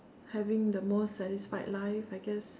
having the most satisfied life I guess